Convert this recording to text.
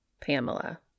Pamela